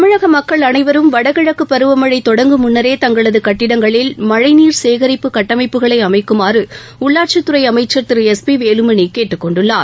தமிழக மக்கள் அனைவரும் வடகிழக்கு பருவமழை தொடங்கும் முன்னரே தங்களது கட்டிடங்களில் மழை நீர் சேகரிப்பு கட்டமைப்புகளை அமைக்குமாறு உள்ளாட்சித் துறை அமைச்சர் திரு எஸ் பி வேலுமனி கேட்டுக் கொண்டுள்ளார்